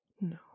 no